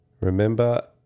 Remember